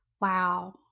Wow